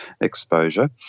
exposure